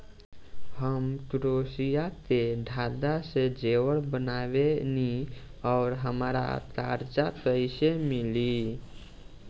हम क्रोशिया के धागा से जेवर बनावेनी और हमरा कर्जा कइसे मिली?